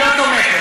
לא תומכת.